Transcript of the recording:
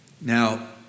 Now